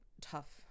tough